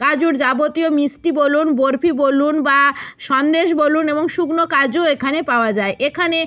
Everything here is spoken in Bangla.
কাজুর যাবতীয় মিষ্টি বলুন বরফি বলুন বা সন্দেশ বলুন এবং শুকনো কাজুও এখানে পাওয়া যায় এখানে